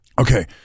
Okay